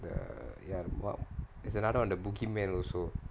the ya well is another one the boogeyman also